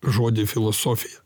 žodį filosofija